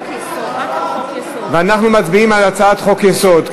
אנחנו מצביעים על הצעת חוק-יסוד,